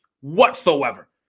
whatsoever